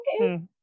Okay